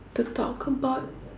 to talk about